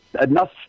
enough